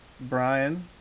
Brian